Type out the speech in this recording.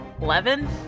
Eleven